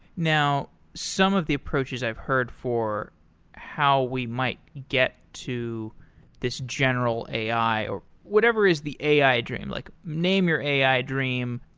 now, some of the approaches i've heard for how we might get to this general a i, or whatever is the a i. dream. like name you're a i. dream,